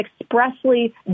expressly